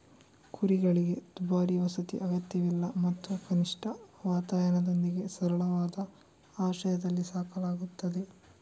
ಕುರಿಗಳಿಗೆ ದುಬಾರಿ ವಸತಿ ಅಗತ್ಯವಿಲ್ಲ ಮತ್ತು ಕನಿಷ್ಠ ವಾತಾಯನದೊಂದಿಗೆ ಸರಳವಾದ ಆಶ್ರಯದಲ್ಲಿ ಸಾಕಲಾಗುತ್ತದೆ